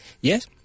Yes